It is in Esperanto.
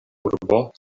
urbo